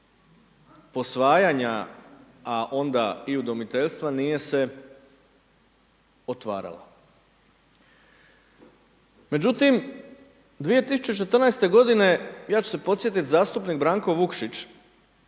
posvajanja, a onda i udomiteljstva, nije se otvarala. Međutim, 2014. godine, ja ću se podsjetiti, zastupnik Branko Vukšić,